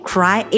Cry